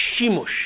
Shimush